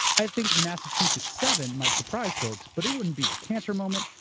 i think massachusetts seven might surprise folks, but it wouldn't be a cantor moment,